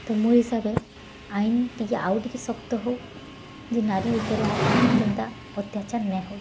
ତ ମୋର୍ ହିସାବେ ଆଇନ୍ ଟିକେ ଆଉ ଟିକେ ଶକ୍ତ ହୋଉ ଯେ ନାରୀ ଉପରେ ଆର୍ ଯେନ୍ତା ଅତ୍ୟାଚାର ନା ହୋଇ